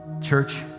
Church